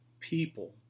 people